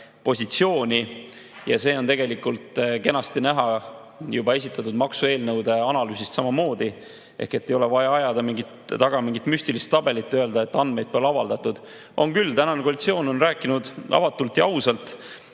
eelarvepositsiooni. Seda on tegelikult kenasti juba näha esitatud maksueelnõude analüüsist samamoodi. Ei ole vaja ajada taga mingit müstilist tabelit ja öelda, et andmeid pole avaldatud. On küll, tänane koalitsioon on rääkinud avatult ja ausalt